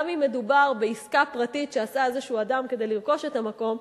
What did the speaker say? גם אם מדובר בעסקה פרטית שעשה איזה אדם כדי לרכוש את המקום.